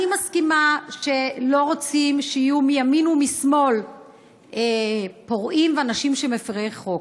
אני מסכימה שלא רוצים שיהיו מימין ומשמאל פורעים ואנשים שהם מפירי חוק,